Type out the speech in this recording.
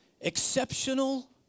exceptional